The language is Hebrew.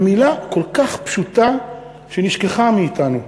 ומילה כל כך פשוטה שנשכחה מאתנו: